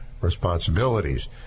responsibilities